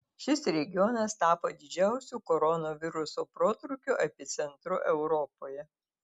šis regionas tapo didžiausiu koronaviruso protrūkio epicentru europoje